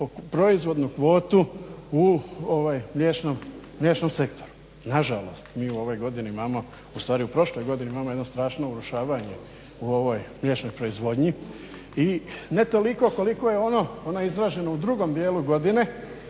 proizvodnu kvotu u mliječnom sektoru. Nažalost, mi u ovoj godini imamo ustvari u prošloj godini imamo jedno strašno urušavanje u ovoj mliječnoj proizvodnji. I ne toliko koliko je ono izraženo u drugom dijelu godine,